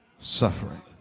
suffering